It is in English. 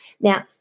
Now